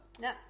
No